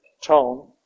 tone